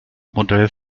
modell